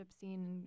scene